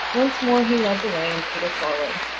once more he led the way and peter followed.